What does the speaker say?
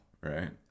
Right